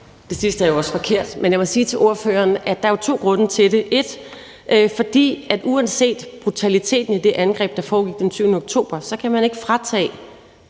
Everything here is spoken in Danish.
Det sidste er jo også forkert. Men lad mig sige til ordføreren, at der er to grunde til det: 1) Uanset brutaliteten i det angreb, der foregik den 7. oktober, kan man ikke fratage